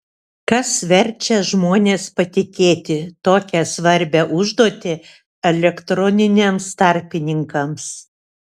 kas verčia žmones patikėti tokią svarbią užduotį elektroniniams tarpininkams